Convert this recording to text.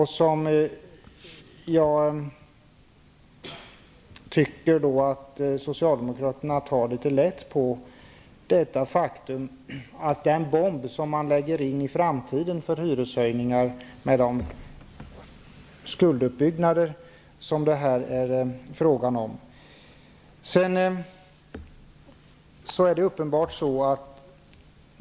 Jag tycker att socialdemokraterna tar litet lätt på det faktum att man så att säga lägger in en bomb för framtiden när det gäller hyreshöjningar i och med de skulder som byggs upp här.